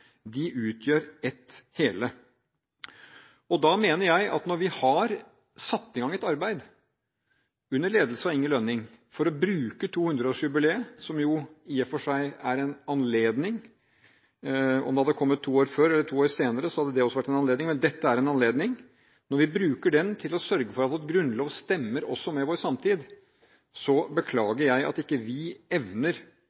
De utgjør et hele. Da mener jeg at når vi har satt i gang et arbeid, under ledelse av Inge Lønning, for å bruke 200-årsjubileet, som i og for seg er en anledning – om det hadde kommet to år før eller to år senere, ville det også vært en anledning – til å sørge for at vår grunnlov stemmer med vår samtid, beklager